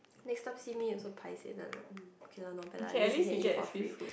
next time see me also paiseh then I like mm okay lah not bad lah at least can eat for free